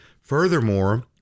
Furthermore